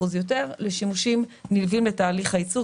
יותר לשימושים נלווים לתהליך הייצור.